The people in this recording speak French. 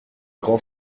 grand